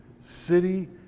city